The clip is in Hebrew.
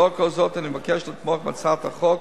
לאור כל זאת אני מבקש לתמוך בהצעת החוק,